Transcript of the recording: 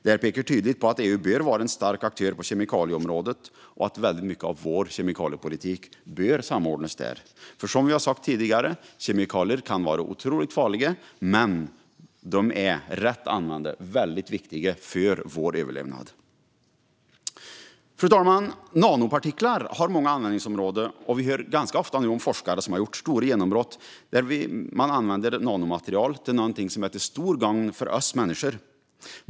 Detta pekar tydligt på att EU bör vara en stark aktör på kemikalieområdet och att väldigt mycket av vår kemikaliepolitik bör samordnas där. För som vi har sagt tidigare: Kemikalier kan vara otroligt farliga, men rätt använda är de väldigt viktiga för vår överlevnad. Fru talman! Nanopartiklar har många användningsområden, och vi hör ganska ofta om forskare som gjort stora genombrott när det gäller att använda nanomaterial till någonting som är till stort gagn för oss människor.